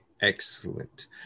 excellent